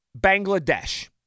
Bangladesh